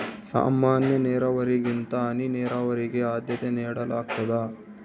ಸಾಮಾನ್ಯ ನೇರಾವರಿಗಿಂತ ಹನಿ ನೇರಾವರಿಗೆ ಆದ್ಯತೆ ನೇಡಲಾಗ್ತದ